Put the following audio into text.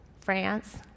France